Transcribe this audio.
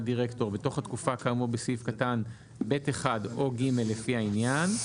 דירקטור בתוך התקופה כאמור בסעיף קטן (ב)(/) או (ג) לפי העניין,